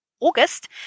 August